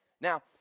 Now